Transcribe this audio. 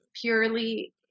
purely